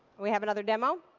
we have another demo?